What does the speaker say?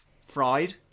fried